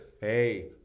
Hey